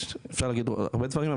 אפשר להגיד הרבה דברים.